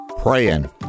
Praying